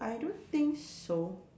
I don't think so